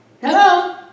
Hello